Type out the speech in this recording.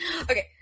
Okay